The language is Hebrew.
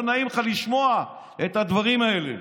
לא נעים לך לשמוע את הדברים האלה.